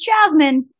Jasmine